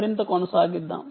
మరింత కొనసాగిద్దాం